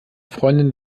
freundin